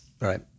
Right